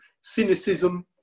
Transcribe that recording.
cynicism